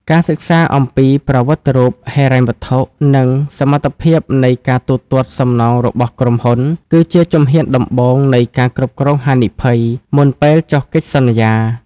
ការសិក្សាអំពី ប្រវត្តិរូបហិរញ្ញវត្ថុ និងសមត្ថភាពនៃការទូទាត់សំណងរបស់ក្រុមហ៊ុន គឺជាជំហានដំបូងនៃ ការគ្រប់គ្រងហានិភ័យ មុនពេលចុះកិច្ចសន្យា។